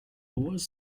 lois